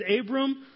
Abram